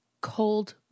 cold